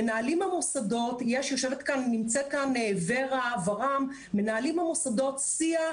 מנהלים המוסדות נמצאים כאן ור"ה וור"מ שיח